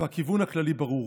והכיוון הכללי ברור.